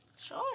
Sure